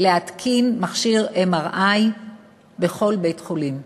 מכשיר MRI בכל בית-חולים.